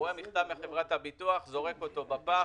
הוא רואה מכתב מחברת הביטוח, זורק אותו לפח.